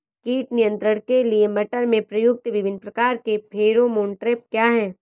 कीट नियंत्रण के लिए मटर में प्रयुक्त विभिन्न प्रकार के फेरोमोन ट्रैप क्या है?